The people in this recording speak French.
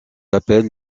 appelle